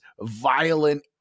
violent